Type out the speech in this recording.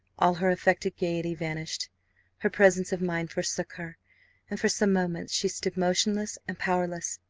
all her affected gaiety vanished her presence of mind forsook her, and for some moments she stood motionless and powerless.